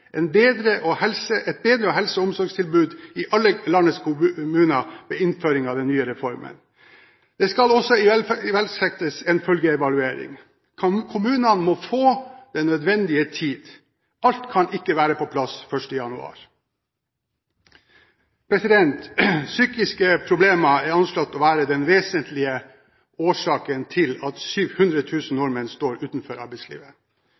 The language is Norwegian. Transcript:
en følgeevaluering. Kommunene må få den nødvendige tid. Alt kan ikke være på plass 1. januar. Psykiske problemer er anslått til å være den vesentligste årsaken til at 700 000 nordmenn står utenfor arbeidslivet.